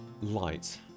Light